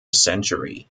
century